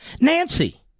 Nancy